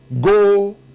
go